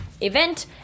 event